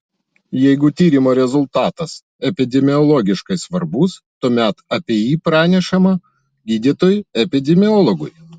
jeigu tyrimo rezultatas epidemiologiškai svarbus tuomet apie jį pranešama gydytojui epidemiologui